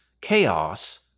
chaos